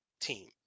team